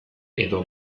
edo